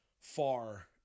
far